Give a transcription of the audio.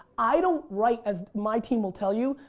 i don't write, as my team will tell you,